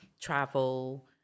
travel